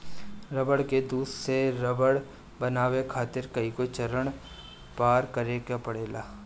रबड़ के दूध से रबड़ बनावे खातिर कईगो चरण पार करे के पड़ेला